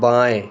बाएँ